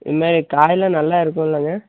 இதுமாதிரி காயெலாம் நல்லா இருக்குமில்லங்க